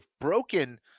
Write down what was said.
broken